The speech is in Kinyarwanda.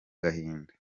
gahinda